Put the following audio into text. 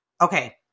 Okay